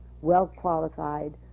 Well-qualified